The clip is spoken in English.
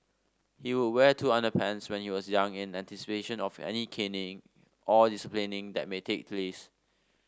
he would wear two underpants when he was young in anticipation of any caning or disciplining that may take place